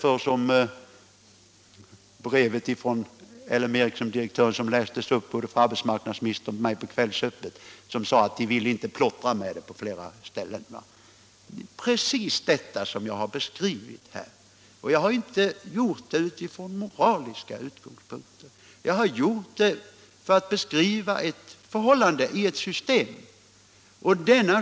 I det brev från en L M Ericsson-direktör som lästes upp för arbetsmarknadsministern och mig i Kvällsöppet hette det att man inte ville plottra på flera ställen. Det är precis detta jag har beskrivit här, och jag har inte gjort det utifrån moraliska utgångspunkter. Jag har beskrivit ett förhållande i ett system.